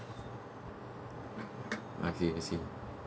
I see I see